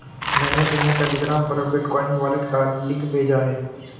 मैंने तुम्हें टेलीग्राम पर बिटकॉइन वॉलेट का लिंक भेजा है